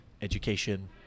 education